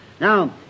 Now